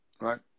right